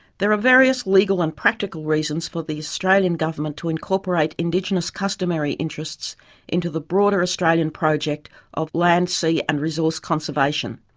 there are various legal and practical reasons for the australian government to incorporate indigenous customary interests into the broader australian project of land, sea and resource conservation.